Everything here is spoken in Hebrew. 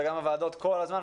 וגם הוועדות כל הזמן,